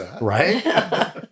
Right